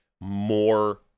more